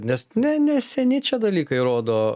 nes ne ne seni čia dalykai rodo